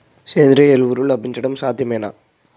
సేంద్రీయ ఎరువులు లభించడం సాధ్యమేనా?